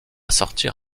sortir